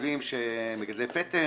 מגדלי פטם